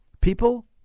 people